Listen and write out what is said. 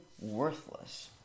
worthless